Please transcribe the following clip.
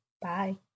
Bye